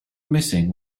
missing